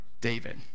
David